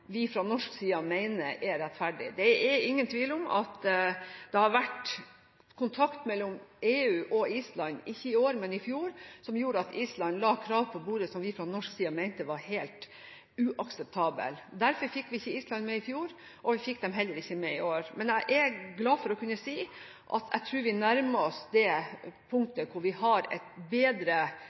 vi fra norsk side mener er rettferdig. Det er ingen tvil om at det har vært kontakt mellom EU og Island – ikke i år, men i fjor – som gjorde at Island la krav på bordet som vi fra norsk side mente var helt uakseptable. Derfor fikk vi ikke Island med i fjor, og vi fikk dem heller ikke med i år. Men jeg er glad for å kunne si at jeg tror vi nærmer oss det punktet hvor vi har et bedre